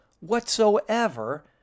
whatsoever